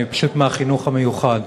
אני פשוט מהחינוך המיוחד.